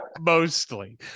Mostly